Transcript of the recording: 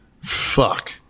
fuck